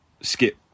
skip